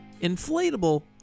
inflatable